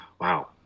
wow